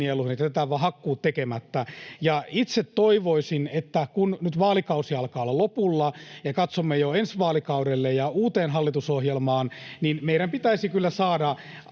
jätetään vaan hakkuut tekemättä. Ja itse toivoisin: kun nyt vaalikausi alkaa olla lopussa ja katsomme jo ensi vaalikaudelle ja uuteen hallitusohjelmaan, niin meidän pitäisi kyllä saada